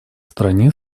стране